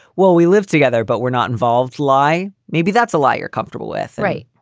well, we live together, but we're not involved. lie. maybe that's a lie you're comfortable with. right.